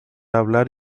hablar